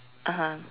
(uh huh)